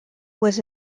was